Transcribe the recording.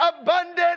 abundant